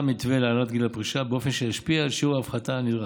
מתווה להעלאת גיל הפרישה באופן שישפיע על שיעור ההפחתה הנדרש.